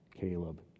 Caleb